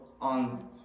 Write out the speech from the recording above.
on